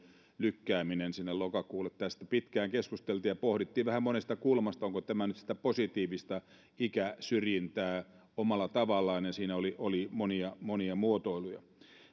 lykkääminen lokakuulle tästä pitkään keskusteltiin ja pohdittiin vähän monesta kulmasta onko tämä nyt sitä positiivista ikäsyrjintää omalla tavallaan ja siinä oli oli monia muotoiluja